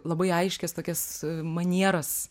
labai aiškias tokias manieras